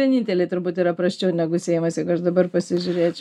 vieninteliai turbūt yra prasčiau negu seimas jeigu aš dabar pasižiūrėčiau